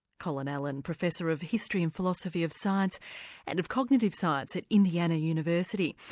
colin allen, professor of history and philosophy of science and of cognitive science at indiana university.